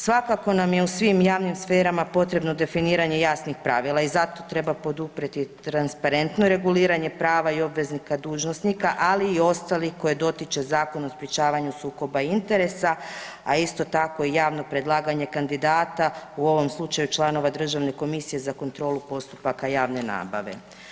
Svakako nam je u svim javnim sferama potrebno definiranje jasnih pravila i zato treba poduprijeti transparentno reguliranje prava i obveznika dužnosnika, ali i ostalih koji dotiče Zakon o sprječavanju sukoba interesa, a isto tako i javno predlaganje kandidata u ovom slučaju članova Državne komisije za kontrolu postupaka javne nabave.